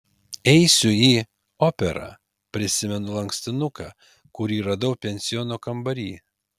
eisiu į operą prisimenu lankstinuką kurį radau pensiono kambary